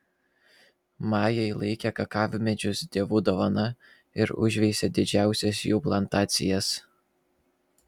majai laikė kakavmedžius dievų dovana ir užveisė didžiausias jų plantacijas